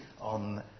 on